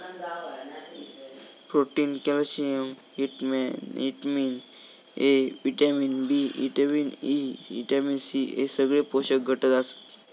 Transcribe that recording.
protein, calcium, vitamin A, vitamin B, vitamin E, vitamin C हे सगळे पोषक घटक आसत